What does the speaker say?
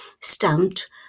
stamped